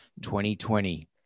2020